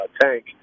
tank